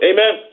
Amen